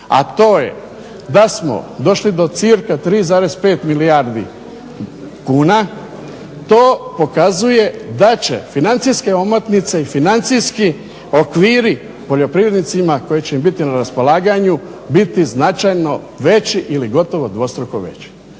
a to je da smo došli do cca 3,5 milijardi kuna, to pokazuje da će financijske omotnice i financijski okrivi poljoprivrednicima koji će im biti na raspolaganju biti značajno veći ili gotovo dvostruko veći.